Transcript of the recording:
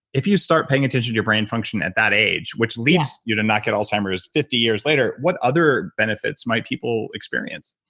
if you start paying attention to your brain function at that age which leads you to not get alzheimer's fifty years later, what other benefits might people experience?